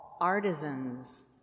artisans